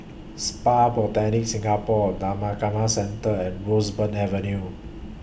Spa Botanica Singapore Dhammakaya Centre and Roseburn Avenue